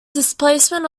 displacement